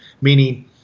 meaning